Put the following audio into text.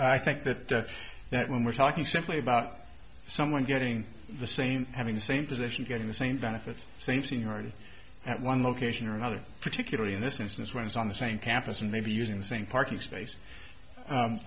i think that that when we're talking simply about someone getting the same having the same position getting the same benefits same seniority at one location or another particularly in this instance runs on the same campus and maybe using the same parking space